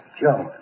Joe